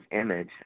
image